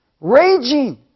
Raging